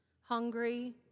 hungry